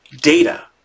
data